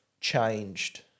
changed